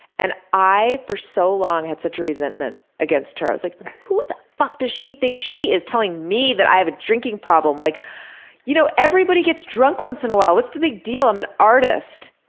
and i for so long had such resentment against her. i was like who the fuck does she think she is, telling me that i have a drinking problem, like you know everybody gets drunk once in a while, what's the big deal? i'm an artist,